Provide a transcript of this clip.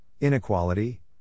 inequality